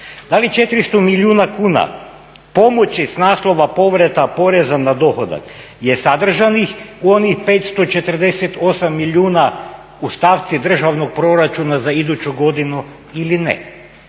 Da li 400 milijuna kuna pomoći s naslova povrata poreza na dohodak je sadržanih u onih 548 milijuna u stavci državnog proračuna za iduću godinu ili ne.